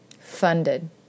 Funded